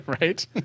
Right